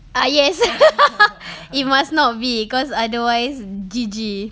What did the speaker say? ah yes it must not be cause otherwise G_G